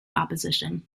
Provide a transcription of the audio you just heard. opposition